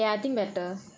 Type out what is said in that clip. ya கேக்குது:kekkuthu